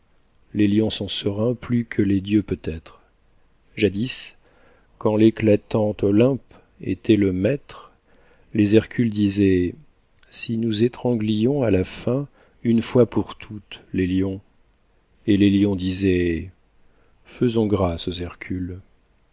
les lions sont sereins plus que les dieux peut-être jadis quand l'éclatant olympe était le maître les hercules disaient si nous étranglions a la fin une fois pour toutes les lions et les lions disaient faisons grâce aux hercules